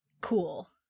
Cool